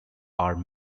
are